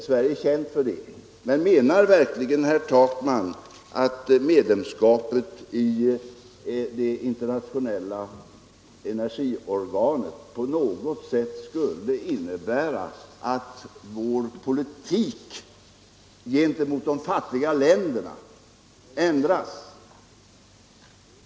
Sverige är känt för det. Menar verkligen herr Takman att medlemskapet i det internationella energiorganet skulle innebära att vår politik gentemot de fattiga länderna ändras på något sätt?